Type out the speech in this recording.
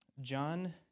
John